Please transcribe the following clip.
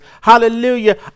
Hallelujah